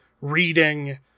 reading